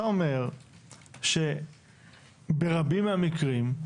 אתה אומר שברבים מהמקרים,